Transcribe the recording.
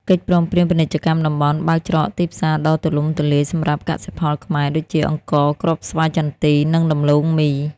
កិច្ចព្រមព្រៀងពាណិជ្ជកម្មតំបន់បើកច្រកទីផ្សារដ៏ទូលំទូលាយសម្រាប់កសិផលខ្មែរដូចជា អង្ករ គ្រាប់ស្វាយចន្ទី និងដំឡូងមី។